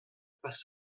pas